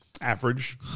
average